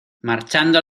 marchando